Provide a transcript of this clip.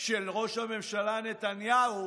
של ראש הממשלה נתניהו